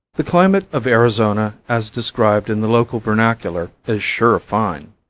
the climate of arizona as described in the local vernacular is sure fine.